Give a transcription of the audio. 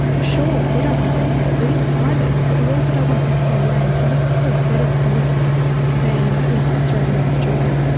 sure, we don't want deaths at sea either, but we also don't want deaths on land, so let's look for a better policy than incarcerating these children.